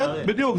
כן, בדיוק.